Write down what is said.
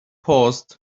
paused